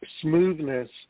smoothness